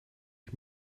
ich